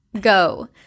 Go